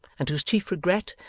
and whose chief regret,